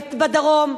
בדרום,